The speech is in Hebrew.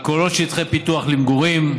אשר כוללות שטחי פיתוח למגורים,